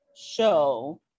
show